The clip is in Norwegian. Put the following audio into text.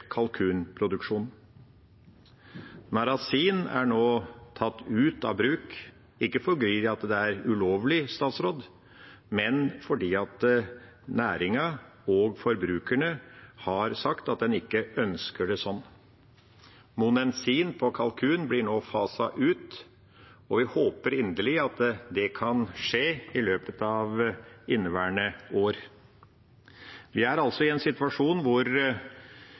kalkunproduksjon. Narasin er nå tatt ut av bruk – ikke fordi det er ulovlig, men fordi næringen og forbrukerne har sagt at en ikke ønsker det sånn. Monensin for kalkun blir nå faset ut, og vi håper inderlig at det kan skje i løpet av inneværende år. Situasjonen vi nå er i,